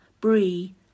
Brie